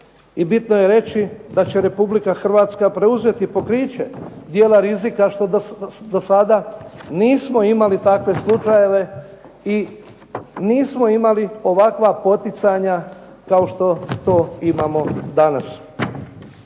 I bitno je reći da će Republika Hrvatska preuzeti pokriće, djela rizika što do sada nismo imali takve slučajeve i nismo imali ovakva poticanja kao što to imamo danas.